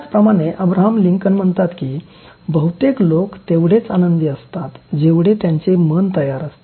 त्याचप्रमाणे Abraham Lincoln म्हणतात की "बहुतेक लोक तेवढेच आनंदी असतात जेवढे त्यांचे मन तयार असते